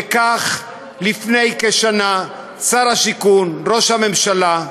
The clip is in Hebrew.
וכך, לפני כשנה, שר השיכון, ראש הממשלה,